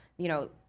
you know,